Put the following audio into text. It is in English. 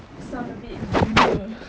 sound a bit dunia